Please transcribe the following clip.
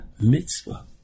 mitzvah